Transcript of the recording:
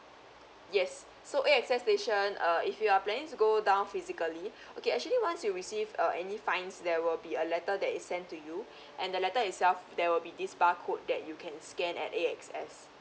yes so A X S station uh if you are planning to go down physically okay actually once you received uh any fines there will be a letter that is sent to you and the letter itself there will be this bar code that you can scan at A X S